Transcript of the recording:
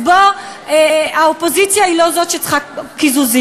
אז בוא, האופוזיציה היא לא זאת שצריכה קיזוזים.